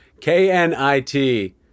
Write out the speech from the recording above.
K-N-I-T